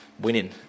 winning